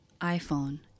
iPhone